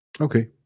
Okay